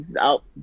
out